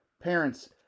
Parents